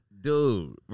dude